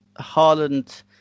Haaland